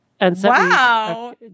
Wow